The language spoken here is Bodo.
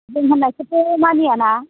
जों होननायखौथ' मानिया ना